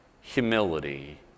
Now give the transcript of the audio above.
humility